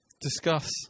Discuss